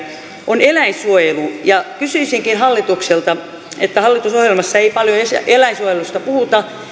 on eläinsuojelu ja kysyisinkin hallitukselta kun hallitusohjelmassa ei paljon eläinsuojelusta puhuta